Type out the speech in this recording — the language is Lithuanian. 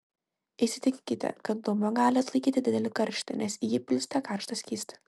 įsitikinkite kad dubuo gali atlaikyti didelį karštį nes į jį pilsite karštą skystį